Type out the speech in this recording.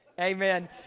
Amen